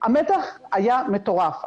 המתח היה מטורף,